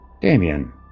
Damien